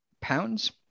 pounds